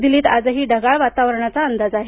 दिल्लीत आजही ढगाळ वातावरणाचा अंदाज आहे